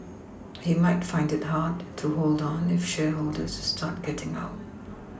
he might find it hard to hold on if shareholders start getting out